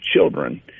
children